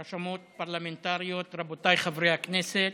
רשמות פרלמנטריות, רבותיי חברי הכנסת,